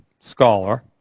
scholar